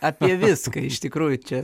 apie viską iš tikrųjų čia